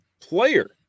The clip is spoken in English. player